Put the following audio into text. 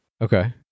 Okay